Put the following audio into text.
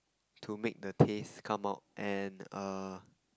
to make the taste come out and err